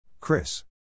Chris